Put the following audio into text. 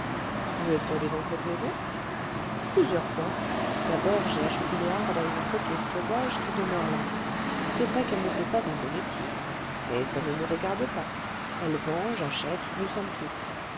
vous êtes allée dans cette maison plusieurs fois d'abord j'ai acheté les hardes à une prêteuse sur gages qui demeure là c'est vrai qu'elle ne fait pas un beau métier mais ça ne me regarde pas elle vend j'achète nous sommes quittes